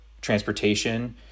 transportation